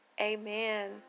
Amen